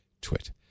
twit